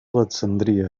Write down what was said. alexandria